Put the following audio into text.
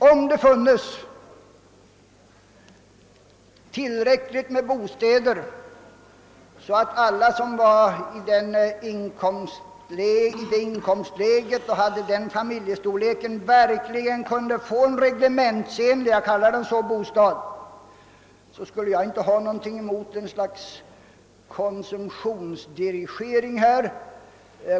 Om det funnes tillräckligt med bostäder, så att alla som fyller kraven i fråga om inkomstläge och familjestorlek verkligen kan skaffa sig en reglementsenlig — jag kallar den så bostad, skulle jag inte ha något emot ett slags konsumtionsdirigering på detta område.